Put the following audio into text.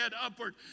upward